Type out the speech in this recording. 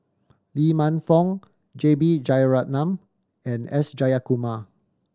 Lee Man Fong J B Jeyaretnam and S Jayakumar